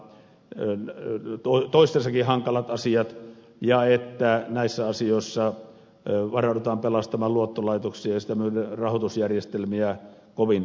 en oo toistensakin hankalat asiat ja että näissä asioissa varaudutaan pelastamaan luottolaitoksia ja sitä myöden rahoitusjärjestelmiä kovin kevyesti